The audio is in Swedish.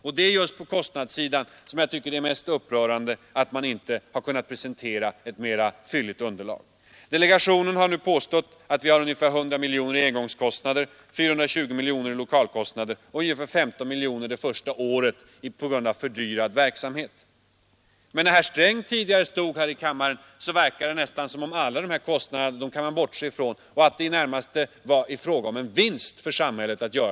Det tycker jag är det mest upprörande, att man just på kostnadssidan inte har kunnat presentera ett mera fylligt underlag. Delegationen har påstått att det blir ungefär 100 miljoner i engångskostnader, 420 miljoner i lokalkostnader och ungefär 15 miljoner det första året på grund av fördyrad verksamhet. Men när herr Sträng stod här i kammaren och talade om detta verkade det nästan som om man kunde bortse från alla dessa kostnader och att det nästan vore fråga om en vinst för samhället.